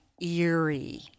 eerie